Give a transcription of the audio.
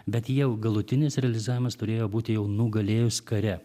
bet jau galutinis realizavimas turėjo būti jau nugalėjus kare